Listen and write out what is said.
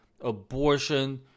abortion